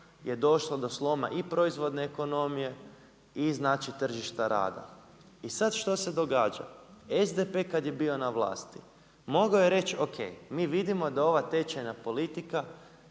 je došlo do sloma i proizvodne ekonomije i znači tržišta rada. I sad šta se događa. SDP kad je bio na vlasti mogao je reći o.k. Mi vidimo da ova tečajna politika